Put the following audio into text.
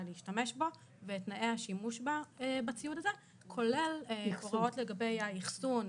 להשתמש בו ואת תנאי השימוש בציוד הזה כולל הוראות לגבי האחסון,